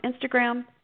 Instagram